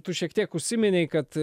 tu šiek tiek užsiminei kad